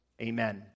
Amen